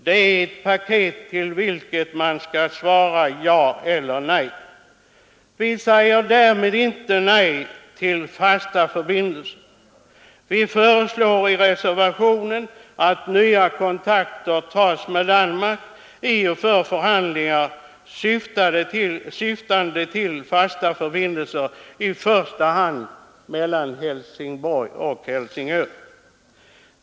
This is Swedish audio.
Det är ett paket till vilket man skall svara ja eller nej. Vi säger inte nej till fasta förbindelser. Vi föreslår i reservationen att nya kontakter tas med Danmark i och för förhandlingar syftande till fasta förbindelser i första hand mellan Helsingborg och Helsingör.